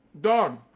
done